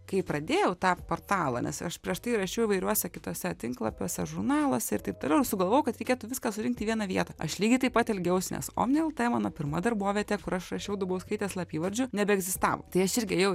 kai pradėjau tą portalą nes aš prieš tai rašiau įvairiuose kituose tinklapiuose žurnaluose ir taip toliau ir sugalvojau kad reikėtų viską surinkt į vieną vietą aš lygiai taip pat elgiausi nes omni lt mano pirma darbovietė kur aš rašiau dubauskaitės slapyvardžiu nebeegzistavo tai aš irgi ėjau